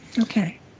Okay